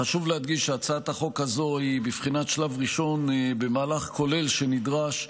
חשוב להדגיש שהצעת החוק הזו היא בבחינת שלב ראשון במהלך כולל שנדרש,